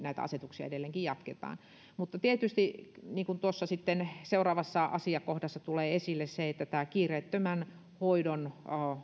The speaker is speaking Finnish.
näitä asetuksia edelleenkin jatketaan mutta tietysti niin kuin seuraavassa asiakohdassa tulee esille tämä kiireettömän hoidon